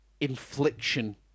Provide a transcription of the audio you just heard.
infliction